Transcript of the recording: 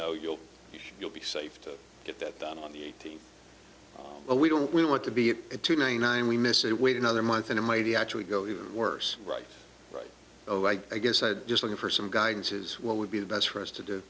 know you'll you'll be safe to get that done on the eighteenth but we don't we want to be at two nine nine we miss a wait another month and it might be actually go even worse right right oh i guess i'm just looking for some guidance is what would be the best for us to do